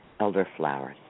elderflowers